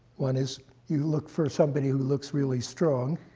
one is you look for somebody who looks really strong.